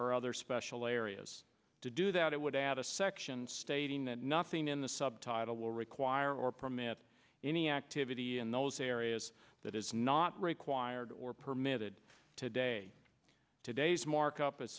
or other special areas to do that it would add a section stating that nothing in the subtitle will require or permit any activity in those areas that is not required or permitted today today's markup is